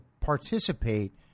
participate